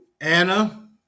Anna